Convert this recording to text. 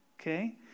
Okay